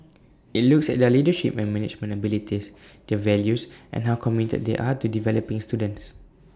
IT looks at their leadership and management abilities their values and how committed they are to developing students